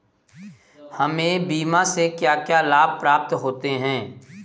हमें बीमा से क्या क्या लाभ प्राप्त होते हैं?